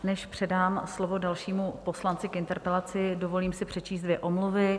Než předám slovo dalšímu poslanci k interpelaci, dovolím si přečíst dvě omluvy.